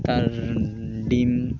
তার ডিম